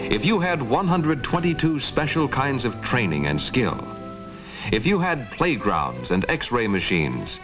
if you had one hundred twenty two special kinds of training and skill if you had playgrounds and x ray machines